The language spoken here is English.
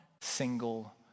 single